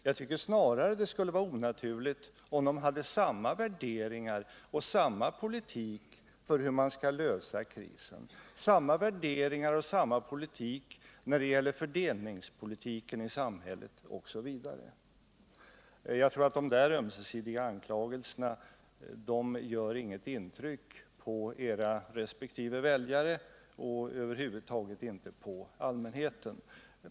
Jag tycker snarare det skulle vara onaturligt om de hade samma värderingar och samma politik för hur de skall lösa krisen, om fördelningspolitiken i samhället osv. Dessa ömsesidiga anklagelser gör nog inget intryck på era resp. väljare och över huvud taget inte på allmänheten.